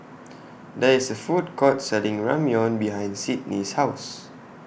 There IS A Food Court Selling Ramyeon behind Sydnee's House